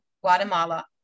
Guatemala